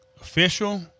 Official